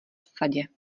sadě